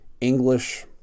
English